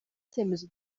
icyemezo